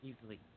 Easily